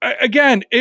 Again